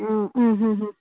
आं